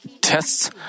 tests